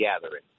gathering